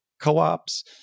co-ops